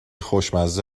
خوشمزه